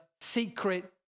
secret